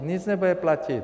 Nic nebude platit.